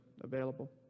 available